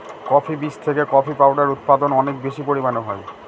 coffee বীজ থেকে coffee powder উৎপাদন অনেক বেশি পরিমানে হয়